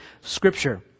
Scripture